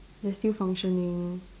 they're still functioning